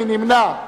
מי נמנע?